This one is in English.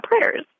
prayers